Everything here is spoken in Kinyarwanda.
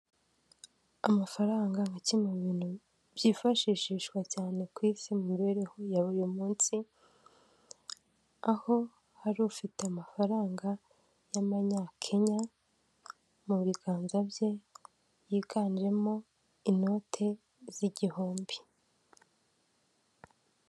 Amafaranga nka kimwe mu bintu byifashishwa cyane ku isi mu mibereho ya buri munsi, aho hari ufite amafaranga y'Amanyakenya mu biganza bye yiganjemo inote z'igihumbi.